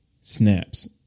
snaps